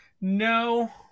No